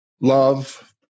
love